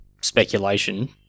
speculation